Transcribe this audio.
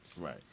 Right